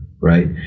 right